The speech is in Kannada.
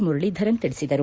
ಮುರಳೀಧರನ್ ತಿಳಿಸಿದರು